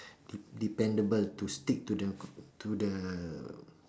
de~ dependable to stick to the to the